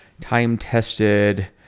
time-tested